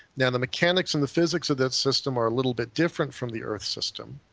now the mechanics and the physics of that system are a little bit different from the earth system.